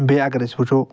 بییٚہِ اگر أسۍ وٕچھو